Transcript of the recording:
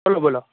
બોલો બોલો